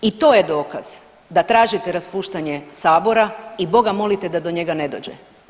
I to je dokaz da tražite raspuštanje Sabora i boga molite da do njega ne dođe.